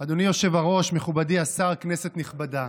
אדוני היושב-ראש, מכובדי השר, כנסת נכבדה,